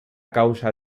causa